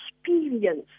experience